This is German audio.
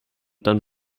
dann